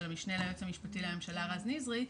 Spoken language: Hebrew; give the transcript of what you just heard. של המשנה ליועץ המשפטי לממשלה רז נזרי,